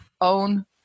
own